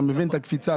אתה מבין את הקפיצה,